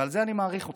ועל זה אני מעריך אתכם,